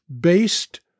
based